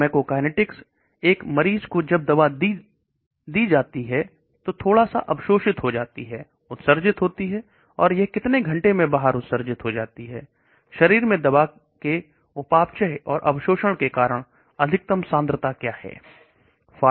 pharmacokinetics एक मरीज जब दवा दी जाती है या थोड़ा अवशोषित हो जाती है उत्सर्जित होती है और यह कितने घंटे में बाहर उत्सर्जित होती है शरीर में दबा के उपापचय और अवशोषण के कारण अधिकतम सांद्रता क्या है है